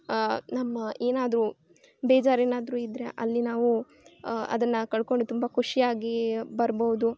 ನಮ್ಮ ಏನಾದ್ರೂ ಬೇಜಾರು ಏನಾದ್ರೂ ಇದ್ದರೆ ಅಲ್ಲಿ ನಾವು ಅದನ್ನು ಕಳ್ಕೊಂಡು ತುಂಬ ಖುಷಿಯಾಗಿ ಬರ್ಬೌದು